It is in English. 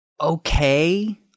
okay